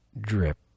drip